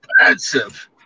expensive